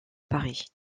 paris